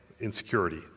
Insecurity